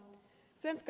ärade talman